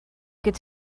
could